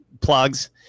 plugs